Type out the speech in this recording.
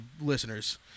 listeners